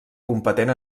competent